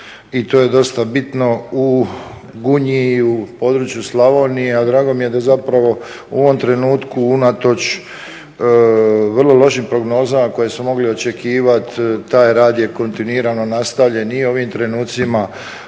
i to je dosta bitno u Gunji i u području Slavonije, a drago mi je da zapravo u ovom trenutku unatoč vrlo lošim prognozama koje smo mogli očekivati taj rad je kontinuirano nastavljen i u ovim trenucima.